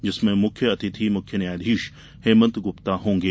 जिसमें मुख्य अतिथि मुख्य न्यायाधीश हेमंत गुप्ता होंगे